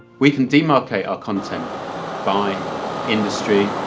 we can demarcate our content by industry,